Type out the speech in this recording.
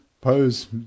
pose